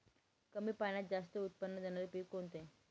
कमी पाण्यात जास्त उत्त्पन्न देणारे पीक कोणते?